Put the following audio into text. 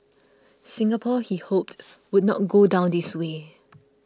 Singapore he hoped would not go down this way